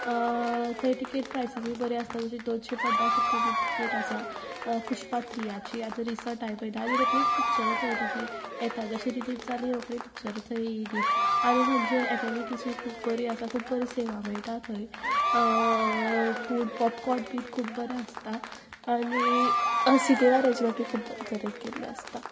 थंय ticket pricing बी बरी आसता जशे दोनशे पन्नास रुपया बी टिकेट आसा पुष्पा त्रीयाची आतां रिसर्ट हांयें पयली आनी रोकडीत पिच्चर थंय रिलीज येताचे रिलीज जाली रोकडी पिच्चर थंय येयली आनी थंयचे एमेनिटीज खूब बरी आसा खूब बरी सेवा मेळटा थंय फूड पॉपकॉर्न बी खूब बरें आसता आनी सिटींग अरेंजमेंटूय खूब बरे तरेन केल्ले आसता